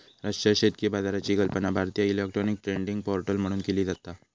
राष्ट्रीय शेतकी बाजाराची कल्पना भारतीय इलेक्ट्रॉनिक ट्रेडिंग पोर्टल म्हणून केली जाता